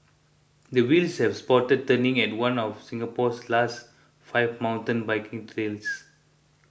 the wheels have stopped turning at one of Singapore's last five mountain biking trails